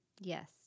Yes